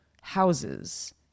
houses